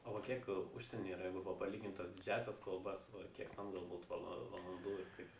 o va kiek užsieny yra jeigu va palygint tas didžiąsias kalbas kiek ten galbūt vala valandų ir kaip